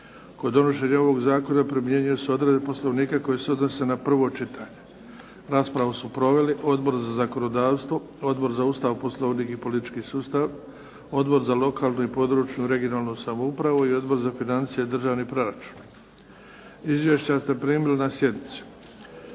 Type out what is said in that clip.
Kod donošenja ovog zakona primjenjuju se odredbe Poslovnika koje se odnose na prvo čitanje. Raspravu su proveli Odbor za zakonodavstvo, Odbor za Ustav, Poslovnik i politički sustav, Odbor za lokalne i područnu (regionalne) samoupravu i Odbor za financije i državni proračun. Izvješća ste primili na sjednici.